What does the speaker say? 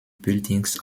buildings